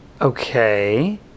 Okay